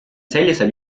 sellisel